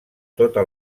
tota